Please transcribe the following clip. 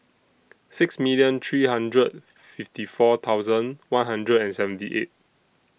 six million three hundred fifty four thousand one hundred and seventy eight